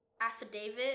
affidavit